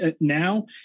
now